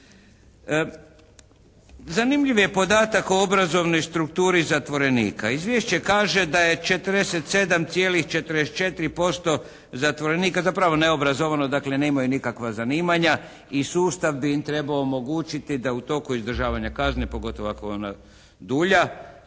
Zanimljiv je podatak o obrazovnoj strukturi zatvorenika. Izvješće kaže da je 47,44% zatvorenika zapravo neobrazovane, dakle nemaju nikakva zanimanja i sustav bi im trebao omogućiti da u toku izdržavanja kazne pogotovo ako je ona dulja